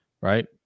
Right